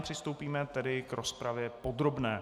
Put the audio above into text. Přistoupíme tedy k rozpravě podrobné.